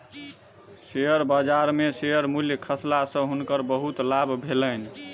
share बजार में share मूल्य खसला पर हुनकर बहुत लाभ भेलैन